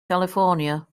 california